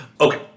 Okay